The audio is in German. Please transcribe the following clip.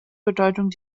bedeutung